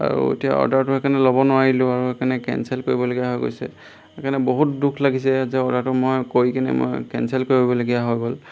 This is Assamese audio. আৰু এতিয়া অৰ্ডাৰটো সেইকাৰণে ল'ব নোৱাৰিলোঁ আৰু সেইকাৰণে কেনচেল কৰিবলগীয়া হৈ গৈছে সেইকাৰণে বহুত দুখ লাগিছে যে অৰ্ডাৰটো মই কৰি কিনে মই কেনচেল কৰিবলগীয়া হৈ গ'ল